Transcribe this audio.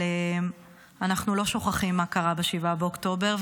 אבל אנחנו לא שוכחים מה קרה ב-7 באוקטובר.